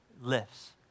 lifts